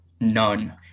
none